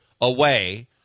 away